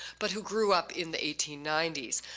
but who grew up in the eighteen ninety s.